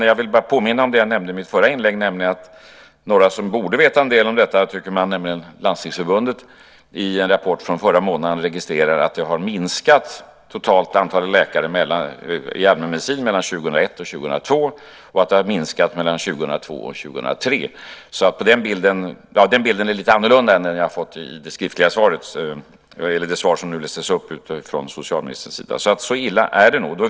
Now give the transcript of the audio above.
Jag vill bara påminna om det som jag nämnde i mitt förra inlägg, nämligen att man från ett håll där man borde veta en del om detta, nämligen Landstingsförbundet, i en rapport från förra månaden registrerat att det totala antalet läkare i allmänmedicin har minskat mellan 2001 och 2002 och även mellan 2002 och 2003. Den bilden är lite annorlunda än den som vi har fått i det svar som socialministern läste upp. Så illa är det nog.